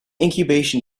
incubation